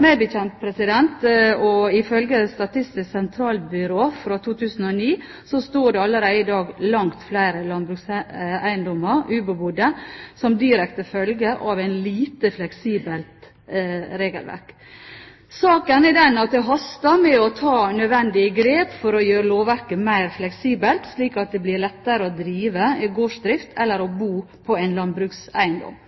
Meg bekjent – og ifølge Statistisk sentralbyrå fra 2009 – står det allerede i dag langt flere landbrukseiendommer ubebodde som direkte følge av et lite fleksibelt regelverk. Saken er den at det haster med å ta nødvendige grep for å gjøre lovverket mer fleksibelt, slik at det blir lettere å drive gårdsdrift eller å bo på en landbrukseiendom.